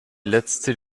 letzte